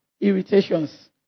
irritations